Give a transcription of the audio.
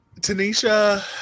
Tanisha